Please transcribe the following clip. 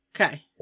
Okay